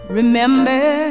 remember